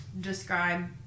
describe